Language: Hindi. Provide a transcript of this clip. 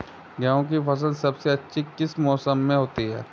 गेंहू की फसल सबसे अच्छी किस मौसम में होती है?